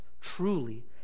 truly